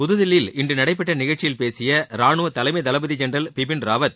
புத்தில்லியில் இன்று நடைபெற்ற நிகழ்ச்சியில் பேசிய ரானுவ தலைமை தளபதி ஜென்ரல் பிபின் ராவத்